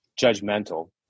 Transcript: judgmental